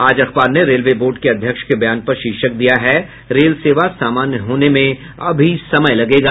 आज अखबार ने रेलवे बोर्ड के अध्यक्ष के बयान पर शीर्षक दिया है रेल सेवा सामान्य होने में अभी समय लगेगा